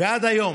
ועד היום,